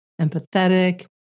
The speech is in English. empathetic